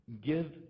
give